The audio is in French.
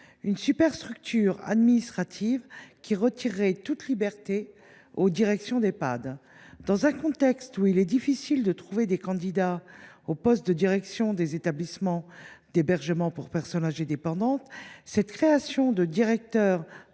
une superstructure administrative qui retirerait toute liberté aux directions d’Ehpad. Dans un contexte où il est déjà difficile de trouver des candidats aux postes de direction des établissements d’hébergement pour personnes âgées dépendantes, la création d’une